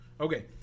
okay